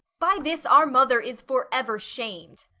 by this our mother is for ever sham'd.